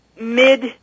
Mid